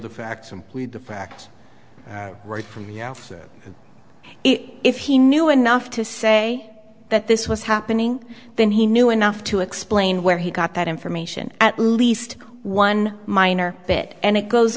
the facts simply the facts right from the outset and if he knew enough to say that this was happening then he knew enough to explain where he got that information at least one minor bit and it goes